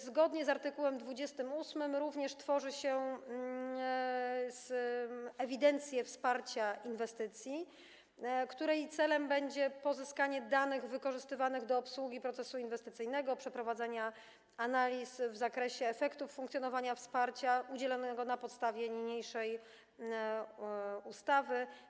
Zgodnie z art. 28 również tworzy się ewidencję wsparcia inwestycji, której celem będzie pozyskanie danych wykorzystywanych do obsługi procesu inwestycyjnego, przeprowadzenia analiz w zakresie efektów funkcjonowania wsparcia udzielanego na podstawie niniejszej ustawy.